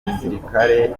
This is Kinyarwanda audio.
gisirikare